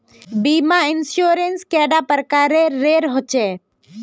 बीमा इंश्योरेंस कैडा प्रकारेर रेर होचे